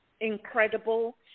incredible